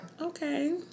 Okay